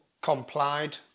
complied